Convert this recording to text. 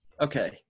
Okay